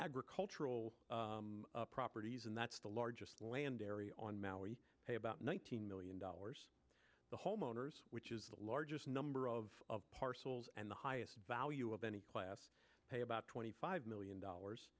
agricultural properties and that's the largest land area on maui pay about one thousand million dollars the homeowners which is the largest number of parcels and the highest value of any class pay about twenty five million dollars